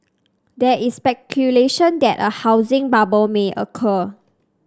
there is speculation that a housing bubble may occur